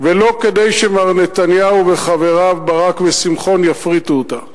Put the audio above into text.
ולא כדי שמר נתניהו וחבריו ברק ושמחון יפריטו אותה.